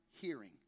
hearing